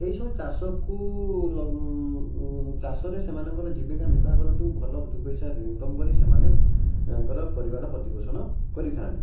ଏଇସବୁ ଚାଷକୁ ଚାଷରେ ସେମାନଙ୍କ ଜୀବିକା ନିର୍ବାହ କରନ୍ତି ଓ ଭଲ ଦୁଇ ପଇସା ଇନ୍କମ୍ କରି ସେମାନେ ଙ୍କର ପରିବାର ପ୍ରତିପୋଷଣ କରିଥାନ୍ତି